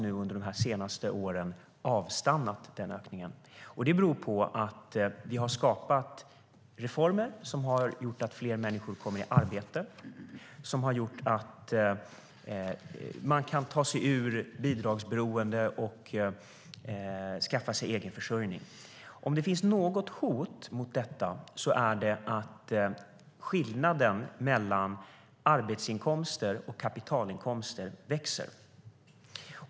Men den ökningen har avstannat under de senaste åren. Det beror på att vi har skapat reformer som har gjort att fler människor kommer i arbete och som har gjort att människor kan ta sig ur bidragsberoende och skaffa sig egenförsörjning. Om det finns något hot mot detta är det att skillnaden mellan arbetsinkomster och kapitalinkomster växer.